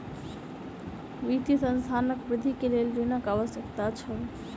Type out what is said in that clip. वित्तीय संस्थानक वृद्धि के लेल ऋणक आवश्यकता छल